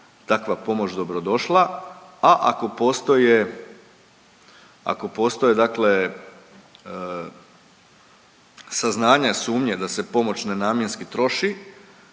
takva pomoć dobrodošla. A ako postoje dakle saznanja, sumnje da se pomoć nenamjenski troši,